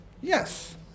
Yes